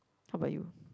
how about you